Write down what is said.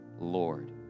Lord